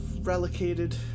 Relocated